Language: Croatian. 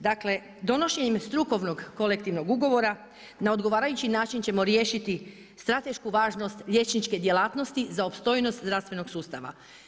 Dakle, donošenjem strukovnog kolektivnog ugovora na odgovarajući način ćemo riješiti stratešku važnost liječničke djelatnosti za opstojnost zdravstvenog sustava.